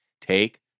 take